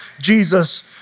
Jesus